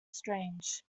strange